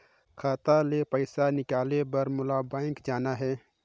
खाता ले पइसा निकाले बर मोला बैंक जाना हे?